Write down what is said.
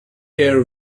air